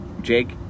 Jake